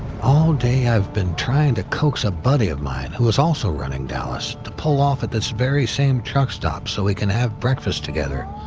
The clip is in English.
all day i've been trying to coax a buddy of mine, who is also running dallas, to pull off at this very same truck stop so we can have breakfast together.